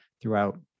throughout